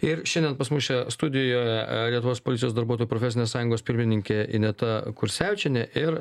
ir šiandien pas mus šioje studijoje lietuvos policijos darbuotojų profesinės sąjungos pirmininkė ineta kursevičienė ir